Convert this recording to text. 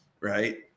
Right